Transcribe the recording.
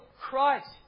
Christ